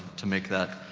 to make that,